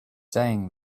saying